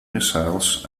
missiles